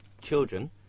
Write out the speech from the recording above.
children